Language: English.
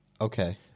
Okay